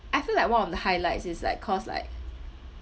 I feel like one of the highlights is like cause like